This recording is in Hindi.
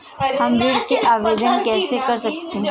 हम ऋण आवेदन कैसे कर सकते हैं?